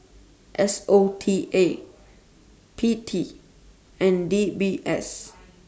S O T A P T and D B S